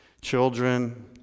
Children